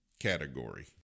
category